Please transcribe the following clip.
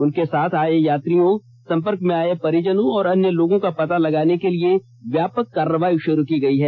उनके साथ आए यात्रियों संपर्क में आए परिजनों और अन्य लोगों का पता लगाने के लिए व्यापक कार्रवाई शुरू की गई है